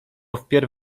wpierw